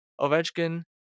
Ovechkin